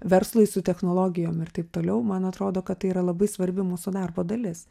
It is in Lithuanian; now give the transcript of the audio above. verslui su technologijom ir taip toliau man atrodo kad tai yra labai svarbi mūsų darbo dalis